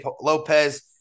Lopez